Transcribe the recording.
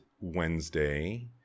Wednesday